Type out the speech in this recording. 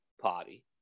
Party